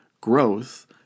Growth